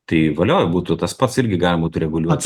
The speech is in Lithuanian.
tai valio būtų tas pats irgi galima būtų reguliuot